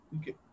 Okay